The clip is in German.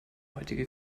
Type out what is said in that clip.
heutige